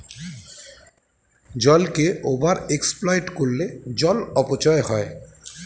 জলকে over exploit করলে জল অপচয় হয়